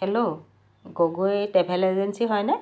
hello Gogoi travel agency হয়নে